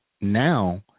now